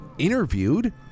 interviewed